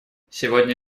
сегодня